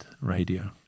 radio